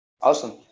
Awesome